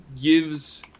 gives